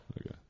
okay